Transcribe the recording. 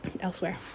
elsewhere